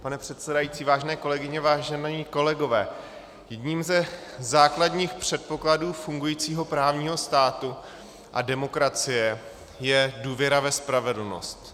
Pane předsedající, vážené kolegyně, vážení kolegové, jedním ze základních předpokladů fungujícího právního státu a demokracie je důvěra ve spravedlnost.